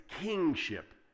kingship